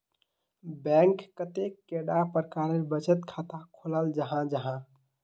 Bank कतेक कैडा प्रकारेर बचत खाता खोलाल जाहा जाहा?